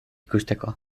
ikusteko